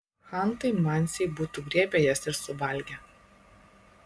chantai mansiai būtų griebę jas ir suvalgę